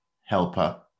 helper